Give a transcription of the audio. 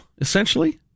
essentially